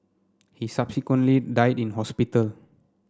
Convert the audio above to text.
he subsequently died in hospital